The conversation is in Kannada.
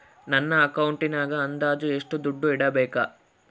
ನನ್ನ ಅಕೌಂಟಿನಾಗ ಅಂದಾಜು ಎಷ್ಟು ದುಡ್ಡು ಇಡಬೇಕಾ?